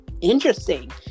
interesting